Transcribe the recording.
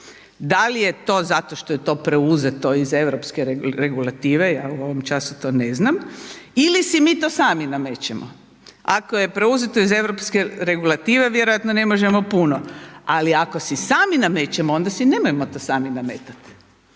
Da li je to zato što je to preuzeto iz europske regulative, ja u ovom času to ne znam, ili si mi to sami namećemo. Ako je preuzeto iz europske regulative, vjerojatno ne možemo puno, ali ako si sami namećemo, onda si nemojmo to sami nametati